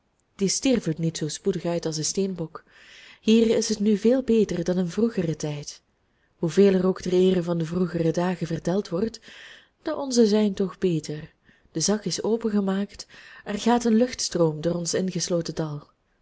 die sterven niet zoo spoedig uit als de steenbok hier is het nu veel beter dan in vroegeren tijd hoeveel er ook ter eere van de vroegere dagen verteld wordt de onze zijn toch beter de zak is opengemaakt er gaat een luchtstroom door ons ingesloten dal